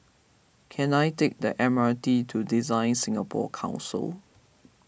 can I take the M R T to DesignSingapore Council